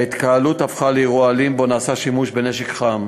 ההתקהלות הפכה לאירוע אלים שבו נעשה שימוש בנשק חם